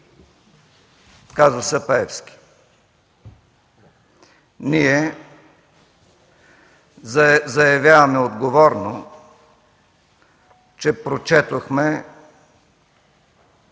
казуса „Пеевски”. Ние заявяваме отговорно, че прочетохме